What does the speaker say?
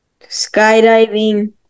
Skydiving